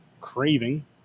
Craving